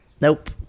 Nope